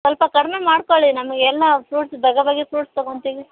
ಸ್ವಲ್ಪ ಕಡಿಮೆ ಮಾಡಿಕೊಳ್ಳಿ ನಮಗೆ ಎಲ್ಲ ಫ್ರುಟ್ಸ್ ಬಗೆಬಗೆ ಫುಟ್ಸ್ ತಗೋತಿವಿ